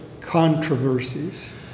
controversies